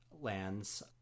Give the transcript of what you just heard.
lands